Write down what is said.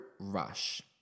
rush